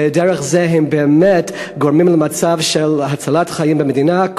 ודרך זה באמת גורמים למצב של הצלת חיים במדינה.